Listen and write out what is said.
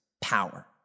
power